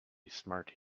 smart